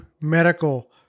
medical